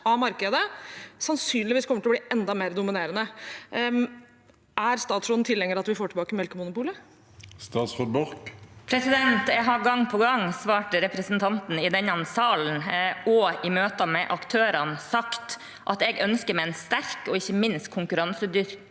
av markedet, sannsynligvis kommer til å bli enda mer dominerende. Er statsråden tilhenger av at vi får tilbake melkemonopolet? Statsråd Sandra Borch Jeg har gang på gang svart representanten i denne salen – og sagt i møter med aktørene – at jeg ønsker meg en sterk og ikke minst konkurransedyktig